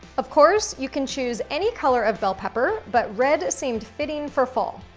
of course, you can choose any color of bell pepper, but red seemed fitting for fall.